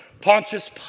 Pontius